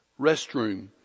restroom